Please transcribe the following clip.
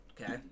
okay